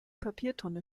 papiertonne